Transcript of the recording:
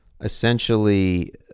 Essentially